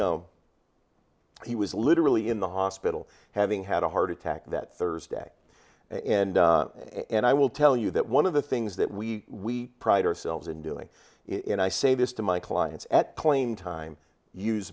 know he was literally in the hospital having had a heart attack that thursday and i will tell you that one of the things that we pride ourselves in doing it and i say this to my clients at claim time use